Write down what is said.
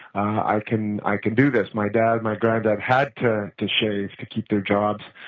i can i can do this my dad, my granddad had to to shave to keep their jobs,